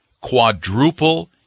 quadruple